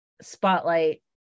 spotlight